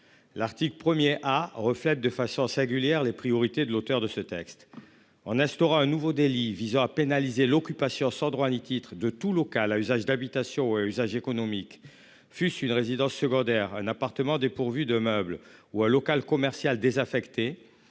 L'article 1er ah reflète de façon singulière. Les priorités de l'auteur de ce texte. En instaurant un nouveau délit visant à pénaliser l'occupation sans droit ni titre de tout local à usage d'habitation. Il s'agit économique fut une résidence secondaire, un appartement dépourvu de meubles ou un local commercial désaffecté.